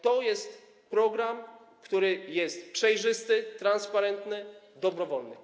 To jest program, który jest przejrzysty, transparentny, dobrowolny.